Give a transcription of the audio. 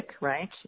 right